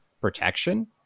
protection